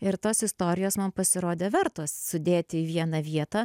ir tos istorijos man pasirodė vertos sudėti į vieną vietą